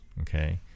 okay